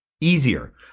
easier